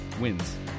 wins